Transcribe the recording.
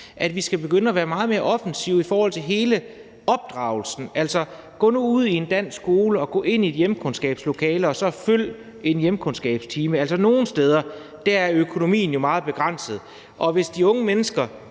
at vi skal begynde at være meget mere offensive i forhold til hele opdragelsen. Altså, gå nu ud i en dansk skole og gå ind i et lokale, hvor man har hjemkundskab, og så følg en time i hjemkundskab. Altså, nogle steder er økonomien meget begrænset, og hvis de unge mennesker